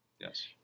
Yes